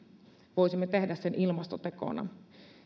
voisimme tehdä sen ilmastotekona